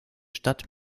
stadt